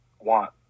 want